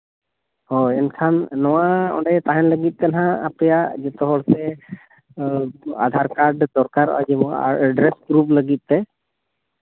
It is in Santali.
ᱦᱳᱭ ᱮᱱᱠᱷᱟᱱ ᱱᱚᱣᱟ ᱚᱸᱰᱮ ᱛᱟᱦᱮᱱ ᱞᱟᱹᱜᱤᱫ ᱛᱮ ᱱᱟᱦᱟᱸᱜ ᱟᱯᱮᱭᱟᱜ ᱡᱚᱛᱚ ᱦᱚᱲᱛᱮ ᱟᱫᱷᱟᱨ ᱠᱟᱨᱰ ᱫᱚᱨᱠᱟᱨᱚᱜᱼᱟ ᱡᱮᱢᱚᱱ ᱮᱰᱨᱮᱥ ᱯᱨᱩᱯᱷ ᱞᱟᱹᱜᱤᱫ ᱛᱮ